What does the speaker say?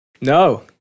No